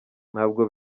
ntabwo